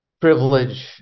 privilege